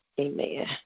Amen